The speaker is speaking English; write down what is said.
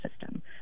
system